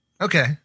Okay